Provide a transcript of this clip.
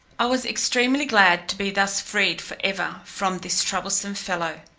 i was extremely glad to be thus freed for ever from this troublesome fellow.